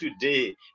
today